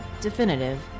definitive